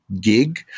gig